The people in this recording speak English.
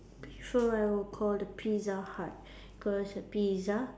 prefer I would call the Pizza Hut cause the pizza